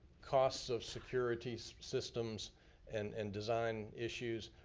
costs of security so systems and and design issues,